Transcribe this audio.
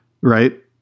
right